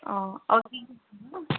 অঁ অঁ কি